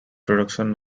production